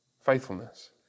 faithfulness